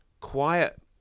quiet